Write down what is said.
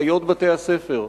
אחיות בתי-הספר.